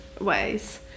ways